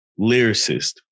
lyricist